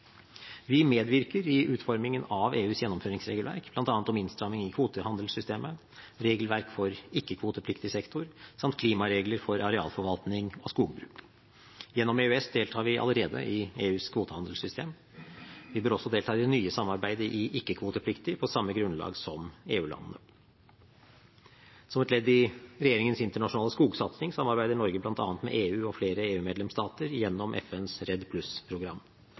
Vi medvirker i utformingen av EUs gjennomføringsregelverk, bl.a. om innstramming av kvotehandelssystemet, regelverk for ikke-kvotepliktig sektor samt klimaregler for arealforvaltning og skogbruk. Gjennom EØS deltar vi allerede i EUs kvotehandelssystem. Vi bør også delta i det nye samarbeidet i ikke-kvotepliktig sektor på samme grunnlag som EU-landene. Som et ledd i regjeringens internasjonale skogsatsing samarbeider Norge bl.a. med EU og flere EU-medlemsstater gjennom FNs